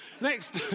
Next